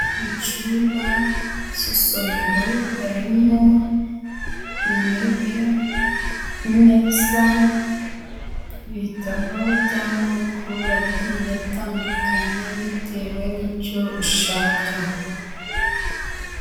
Mu cyumba cy'isomero harimo intebe, imeza, ibitabo by'amoko agiye atandukanye bitewe n'icyo ushaka.